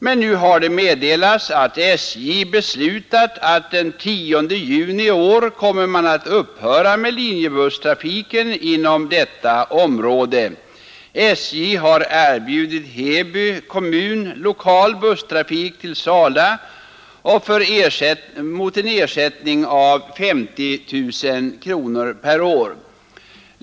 Men nu har det meddelats att SJ beslutat att den 10 juni i år upphöra med linjebusstrafiken inom detta område. SJ har erbjudit Heby kommun lokal busstrafik till Sala mot en ersättning av 50 000 kronor per år.